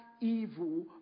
evil